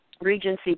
Regency